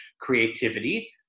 creativity